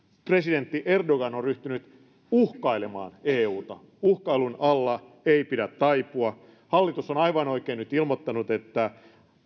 presidentti erdogan on ryhtynyt uhkailemaan euta uhkailun alla ei pidä taipua hallitus on aivan oikein nyt ilmoittanut että